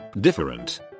different